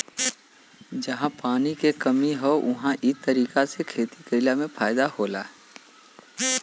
जहां पानी के कमी हौ उहां इ तरीका से खेती कइला में फायदा होला